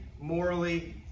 morally